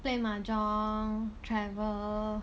play mahjong travel